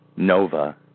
Nova